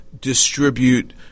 distribute